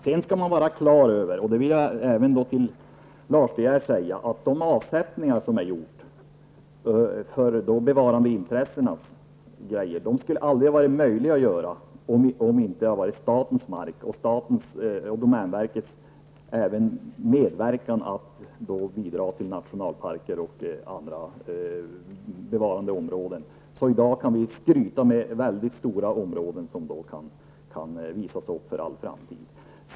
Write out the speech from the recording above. Sedan skall man vara på det klara med att -- detta vill jag säga även till Lars De Geer -- de avsättningar som är gjorda med bevarandeintressen aldrig skulle ha varit möjliga att göra om det inte hade varit statens marker, där domänverket har medverkat till inrättande av nationalparker och andra bevarade områden. I dag kan vi skryta med väldigt stora områden som kan visas upp för all framtid.